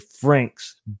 Franks